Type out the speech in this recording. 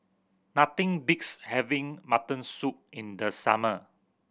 nothing beats having mutton soup in the summer